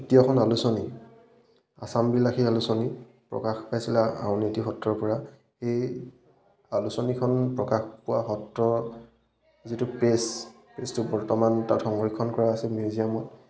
দ্বিতীয়খন আলোচনী আসামবিলাসী আলোচনী প্ৰকাশ পাইছিলে আউনীআটি সত্ৰৰ পৰা সেই আলোচনীখন প্ৰকাশ পোৱা সত্ৰ যিটো প্ৰেছ প্ৰেছটো বৰ্তমান তাত সংৰক্ষণ কৰা আছে মিউজিয়ামত